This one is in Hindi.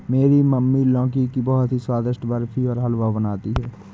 मेरी मम्मी लौकी की बहुत ही स्वादिष्ट बर्फी और हलवा बनाती है